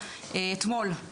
אתמול,